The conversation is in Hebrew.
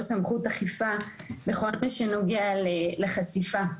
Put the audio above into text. או סמכות אכיפה בכל מה שנוגע לחשיפה,